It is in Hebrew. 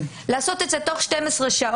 לעשות את זה תוך 12 שעות,